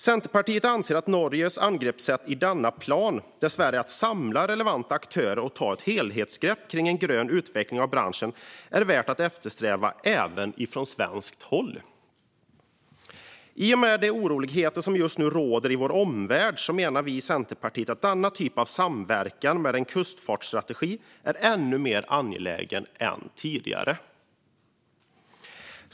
Centerpartiet anser att Norges angreppssätt i denna plan, det vill säga att samla relevanta aktörer och ta ett helhetsgrepp om en grön utveckling av branschen, är värt att eftersträva även från svenskt håll. I och med de oroligheter som just nu råder i vår omvärld menar Centerpartiet att denna typ av samverkan med en kustfartsstrategi är ännu mer angelägen än tidigare.